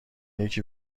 یکی